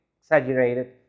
exaggerated